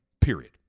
period